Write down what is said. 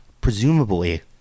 presumably